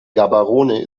gaborone